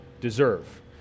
deserve